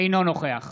אינו נוכח